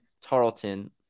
Tarleton